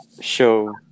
show